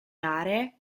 aree